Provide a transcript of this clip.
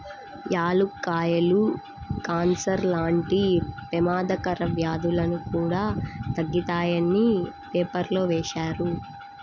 యాలుక్కాయాలు కాన్సర్ లాంటి పెమాదకర వ్యాధులను కూడా తగ్గిత్తాయని పేపర్లో వేశారు